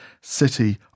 City